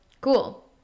cool